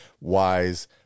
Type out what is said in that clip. wise